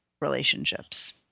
relationships